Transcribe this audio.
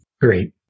Great